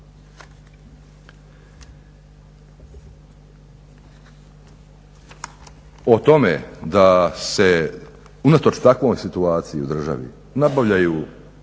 O tome da se unatoč takvoj situaciji u državi nabavljaju,